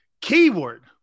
Keyword